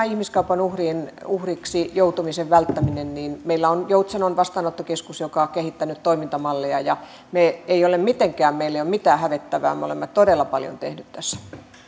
ihmiskaupan uhriksi joutumisen välttämiseen liittyen meillä on joutsenon vastaanottokeskus joka on kehittänyt toimintamalleja meillä ei ole mitään hävettävää me olemme todella paljon tehneet tässä